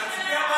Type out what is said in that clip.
תצביע נגד הממשלה.